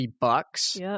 bucks